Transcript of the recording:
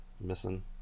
missing